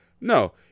No